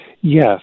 Yes